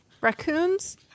raccoons